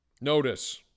Notice